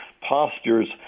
postures